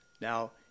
now